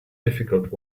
difficult